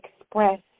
express